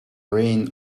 rain